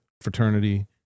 fraternity